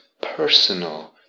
personal